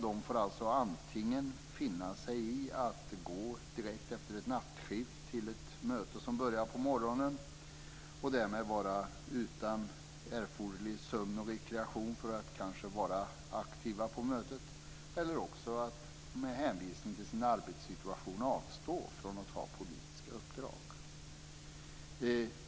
De får alltså finna sig i att direkt efter ett nattskift gå till ett möte som börjar på morgonen. Därmed får de vara utan den sömn och rekreation som är erforderlig för att de ska kunna vara aktiva på mötet. Eller också får de avstå från att ta politiska uppdrag med hänvisning till sin arbetssituation.